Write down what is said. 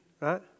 right